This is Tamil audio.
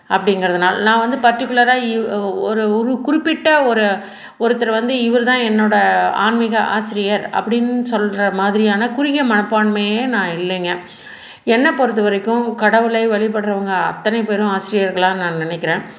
அப்படிங்கிறதுனால நான் வந்து பர்டிகுலராக ஒரு ஒரு குறிப்பிட்ட ஒரு ஒருத்தர் வந்து இவர்தான் என்னோட ஆன்மிக ஆசிரியர் அப்படின்னு சொல்கிற மாதிரியான குறுகிய மனப்பான்மையே நான் இல்லைங்க என்னை பொருத்த வரைக்கும் கடவுளை வழிபடுகிறவங்க அத்தனை பேரும் ஆசிரியர்களாக நான் நினைக்கிறேன்